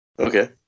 Okay